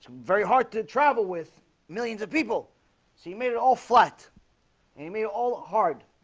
very hard to travel with millions of people so you made it all flat and ami all hard